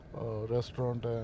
restaurant